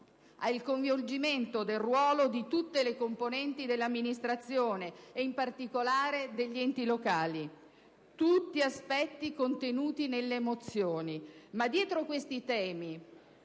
al coinvolgimento del ruolo di tutte le componenti dell'amministrazione e in particolare degli enti locali. Tutti aspetti contenuti nelle mozioni. Ma dietro questi temi,